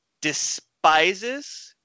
despises